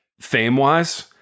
fame-wise